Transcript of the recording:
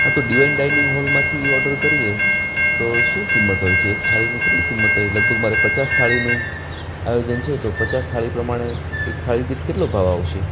હા તો divine dining હોલમાંથી ઓડર કરીએ તો શું કિંમત હોય છે એક થાળીની કેટલી કિંમત હોય લગભગ મારે પચાસ થાળીનું આયોજન છે તો પચાસ થાળી પ્રમાણે એક થાળી દીઠ કેટલો ભાવ આવશે